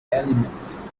elements